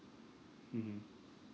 mmhmm